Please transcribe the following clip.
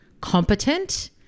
competent